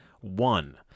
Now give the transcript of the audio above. one